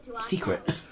secret